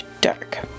dark